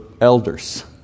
elders